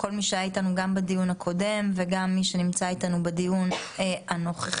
למי שהיה בדיון הקודם וגם מי שנמצא אתנו בדיון הנוכחי.